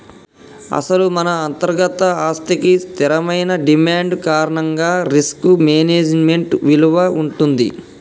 అసలు మన అంతర్గత ఆస్తికి స్థిరమైన డిమాండ్ కారణంగా రిస్క్ మేనేజ్మెంట్ విలువ ఉంటుంది